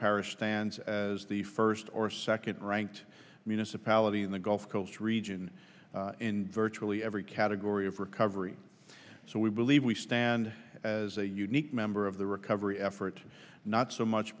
parish stands as the first or second ranked municipality in the gulf coast region in virtually every category of recovery so we believe we stand as a unique member of the recovery effort not so much